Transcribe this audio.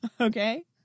Okay